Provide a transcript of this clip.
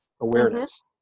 awareness